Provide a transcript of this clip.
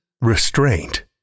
Restraint